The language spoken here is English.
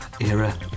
era